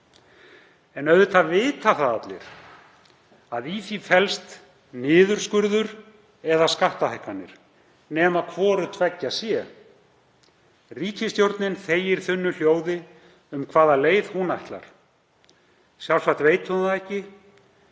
Auðvitað vita allir að í því felst niðurskurður eða skattahækkanir, nema hvort tveggja sé. Ríkisstjórnin þegir þunnu hljóði um hvaða leið hún ætlar. Sjálfsagt veit hún það ekki